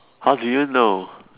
how do you know